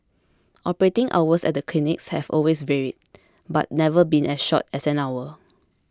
operating hours at the clinics have always varied but never been as short as an hour